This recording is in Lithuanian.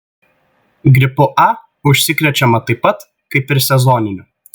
gripu a užsikrečiama taip pat kaip ir sezoniniu